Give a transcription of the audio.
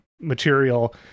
material